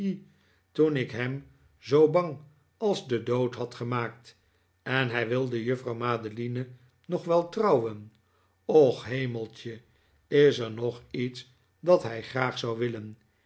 toen ik hem zoo bang als de dood had gemaakt en hij wilde juffrouw madeline nog wel trouwen och hemeltje is er nog iets dat hij graag zou willen